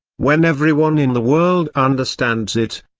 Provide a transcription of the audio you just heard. when everyone in the world understands it,